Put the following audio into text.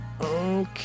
Okay